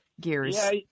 gears